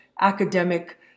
academic